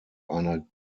einer